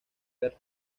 ver